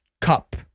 Cup